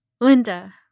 Linda